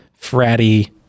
fratty